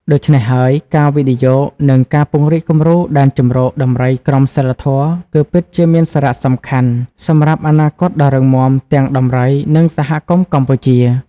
ដូច្នេះហើយ ការវិនិយោគ និងការពង្រីកគំរូដែនជម្រកដំរីក្រមសីលធម៌ គឺពិតជាមានសារៈសំខាន់សម្រាប់អនាគតដ៏រឹងមាំទាំងដំរី និងសហគមន៍កម្ពុជា។